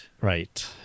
Right